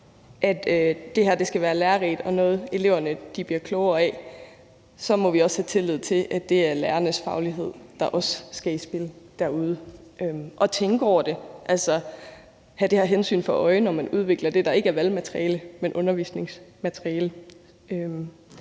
at det her skal være lærerigt og være noget, eleverne bliver klogere af, så må vi også have tillid til, at det er lærernes faglighed, der skal i spil derude. Og man skal tænke over det, altså have det her hensyn for øje, når man udvikler det, der ikke er valgmateriale, men undervisningsmateriale,